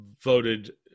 voted